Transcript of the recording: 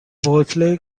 bosley